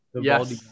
yes